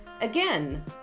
Again